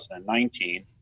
2019